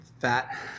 fat